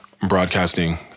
broadcasting